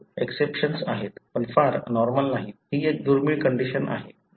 हे एक्सेपशन्स आहेत पण फार नॉर्मल नाहीत ही एक दुर्मिळ कंडिशन आहे